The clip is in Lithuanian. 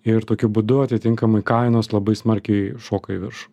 ir tokiu būdu atitinkamai kainos labai smarkiai šoka į viršų